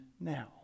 now